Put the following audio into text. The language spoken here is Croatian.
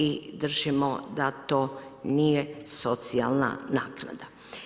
I držimo da to nije socijalna naknada.